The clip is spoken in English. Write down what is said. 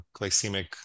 glycemic